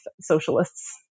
socialists